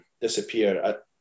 disappear